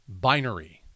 binary